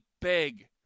beg